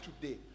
today